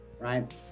right